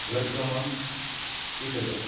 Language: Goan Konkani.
घर क्रमांक एक हजार